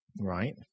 Right